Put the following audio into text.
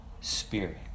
Spirit